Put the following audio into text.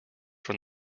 from